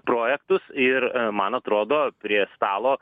projektus ir man atrodo prie stalo